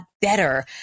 better